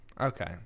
Okay